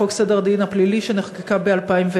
הצעת חוק סדר דין הפלילי (תיקון מס' 62,